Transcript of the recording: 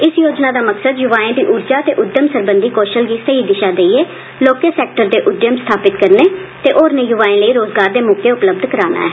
इस योजना दा मकसद युवाएं दी ऊर्जा ते उधम सरबंघी कौशल गी सहेई दिशा देइयै लौहके सैक्टर दे उधम स्थापित करने ते होरनें युवाएं लेई रोज़गार दे मौके उपलब्ध कराना ऐ